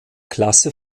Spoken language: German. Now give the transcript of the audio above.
klasse